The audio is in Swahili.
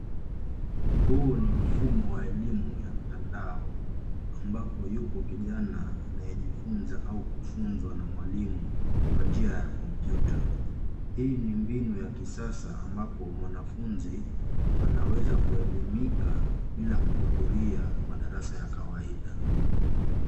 Huu ni mfumo wa elimu ya mtandao ambapo yupo kijana anayejifunza au kufunzwa na mwalimu kwa njia ya kompyuta. Hii ni mbinu ya kisasa ambapo mwanafuzi anaweza kuelimika bila kuhudhuria madarasa ya kawaida.